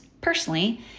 personally